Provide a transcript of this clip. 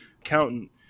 accountant